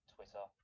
Twitter